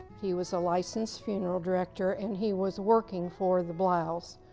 he was a licensed funeral director, and he was working for the bloughs.